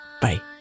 Bye